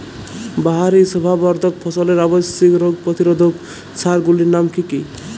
বাহারী শোভাবর্ধক ফসলের আবশ্যিক রোগ প্রতিরোধক সার গুলির নাম কি কি?